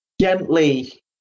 gently